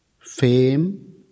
fame